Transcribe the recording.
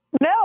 No